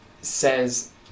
says